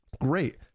great